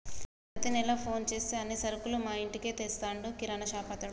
ప్రతి నెల ఫోన్ చేస్తే అన్ని సరుకులు మా ఇంటికే తెచ్చిస్తాడు కిరాణాషాపతడు